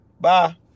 Bye